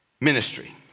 ministry